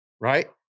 right